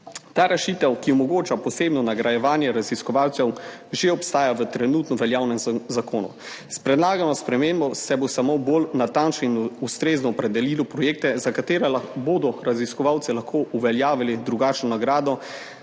Ta rešitev, ki omogoča posebno nagrajevanje raziskovalcev, že obstaja v trenutno veljavnem zakonu. S predlagano spremembo se bo samo bolj natančno in ustrezno opredelilo projekte, za katere bodo raziskovalci lahko uveljavili drugačno nagrado